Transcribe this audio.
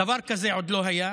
דבר כזה עוד לא היה,